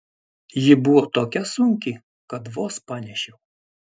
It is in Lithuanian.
ji buvo tokia sunki kad vos panešiau